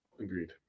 Agreed